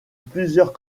plusieurs